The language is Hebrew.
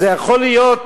זה יכול להיות